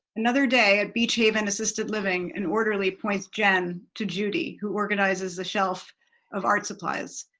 another day at beach haven assisted living, and orderly points jen to judy, who organizes the shelf of art supplies.